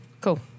Cool